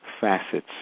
facets